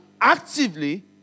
actively